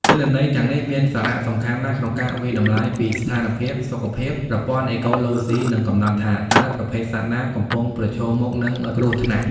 ទិន្នន័យទាំងនេះមានសារៈសំខាន់ណាស់ក្នុងការវាយតម្លៃពីស្ថានភាពសុខភាពប្រព័ន្ធអេកូឡូស៊ី និងកំណត់ថាតើប្រភេទសត្វណាកំពុងប្រឈមមុខនឹងគ្រោះថ្នាក់។